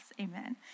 Amen